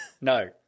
no